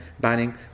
banning